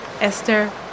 Esther